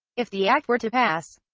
if the act were to pass.